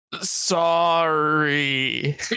sorry